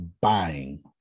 buying